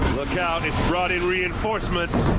look out, it's brought in reinforcements!